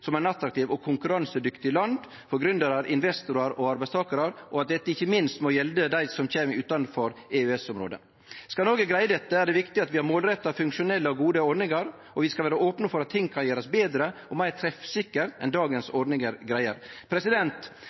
som eit attraktivt og konkurransedyktig land for gründerar, investorar og arbeidstakarar, og at dette ikkje minst må gjelde dei som kjem frå land utanfor EØS-området. Skal Noreg greie dette, er det viktig at vi har målretta, funksjonelle og gode ordningar, og vi må vere opne for at ting kan gjerast betre og meir treffsikkert enn dagens ordningar greier.